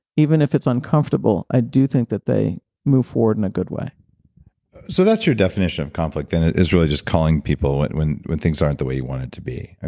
even if it's uncomfortable, i do think that they move forward in a good way so that's your definition of conflict and it is really just calling people when when things aren't the way you want it to be.